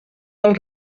del